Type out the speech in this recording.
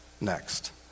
next